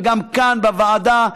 וגם כאן בוועדה.